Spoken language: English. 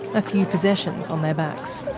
a few possessions on their backs.